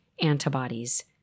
antibodies